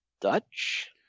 Dutch